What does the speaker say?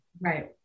Right